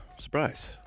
surprise